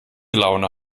laune